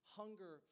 hunger